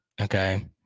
okay